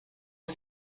que